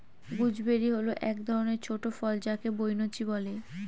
gooseberry হল এক ধরনের ছোট ফল যাকে বৈনচি বলে